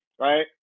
right